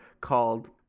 called